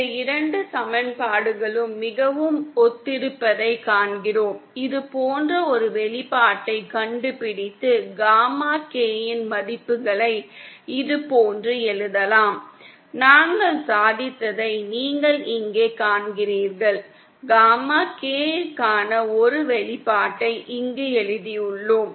இந்த இரண்டு சமன்பாடுகளும் மிகவும் ஒத்திருப்பதைக் காண்கிறோம் இது போன்ற ஒரு வெளிப்பாட்டைக் கண்டுபிடித்து காமா K இன் மதிப்புகளை இதுபோன்று எழுதலாம் நாங்கள் சாதித்ததை நீங்கள் இங்கே காண்கிறீர்கள் காமா K க்கான ஒரு வெளிப்பாட்டை இங்கு எழுதியுள்ளோம்